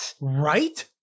Right